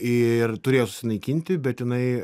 ir turėjo susinaikinti bet jinai